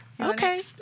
Okay